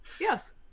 Yes